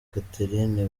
catherine